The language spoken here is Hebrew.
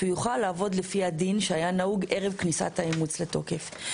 כדי שהוא יוכל לעבוד לפי הדין שהיה נהוג ערב כניסת האימוץ לתוקף.